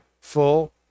full